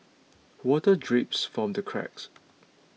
water drips from the cracks